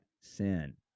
sin